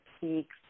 peaks